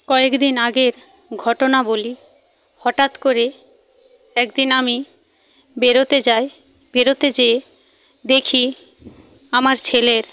কয়েক দিন আগের ঘটনা বলি হঠাৎ করে এক দিন আমি বেরোতে যাই বেরোতে যেয়ে দেখি আমার ছেলের